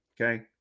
okay